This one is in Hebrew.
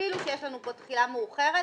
אפילו שיש לנו פה תחילה מאוחרת,